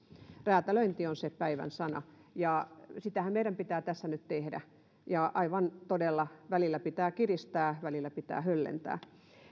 räätälöinti on se päivän sana ja sitähän meidän pitää tässä nyt tehdä ja aivan todella välillä pitää kiristää välillä pitää höllentää